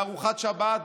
בארוחת שבת,